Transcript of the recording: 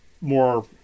more